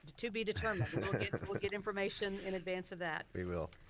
to be determined. we'll get information in advance of that. we will.